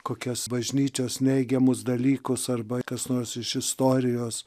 kokias bažnyčios neigiamus dalykus arba kas nors iš istorijos